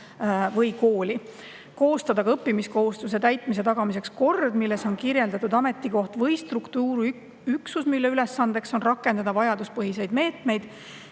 koostada õppimiskohustuse täitmise tagamiseks kord, milles on kirjas ametikoht või struktuuriüksus, mille ülesandeks on rakendada vajaduspõhiseid meetmeid.